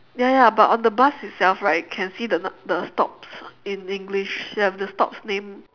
ya ya but on the bus itself right can see the nu~ the stops in english they have the stop's name